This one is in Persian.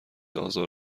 آزار